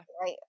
right